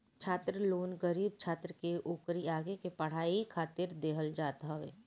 छात्र लोन गरीब छात्र के ओकरी आगे के पढ़ाई खातिर देहल जात हवे